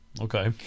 Okay